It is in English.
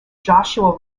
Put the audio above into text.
joshua